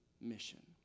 mission